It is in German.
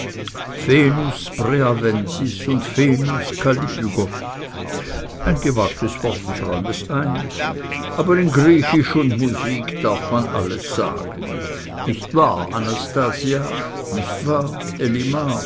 venus spreavensis und venus kallipygos ein gewagtes wort ich räum es ein aber in griechisch und musik darf man alles sagen nicht wahr anastasia nicht wahr